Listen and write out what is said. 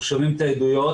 אנחנו שומעים את העדויות,